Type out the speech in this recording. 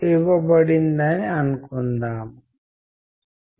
ఎవరికో కోపంగా ఉంది కానీ దానిని చూపించ దలచుకోలేదు